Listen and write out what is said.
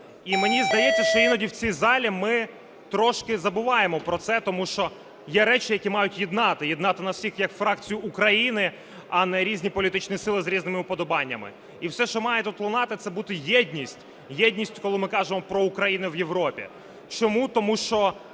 І мені здається, що іноді в цій залі ми трошки забуваємо про це, тому що є речі, які мають єднати, єднати нас всіх як фракцію України, а не різні політичні сили з різними уподобаннями. І все, що має тут лунати, це бути єдність, єдність, коли ми кажемо про Україну в Європі. Чому? Тому що